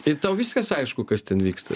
tai tau viskas aišku kas ten vyksta